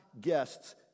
guests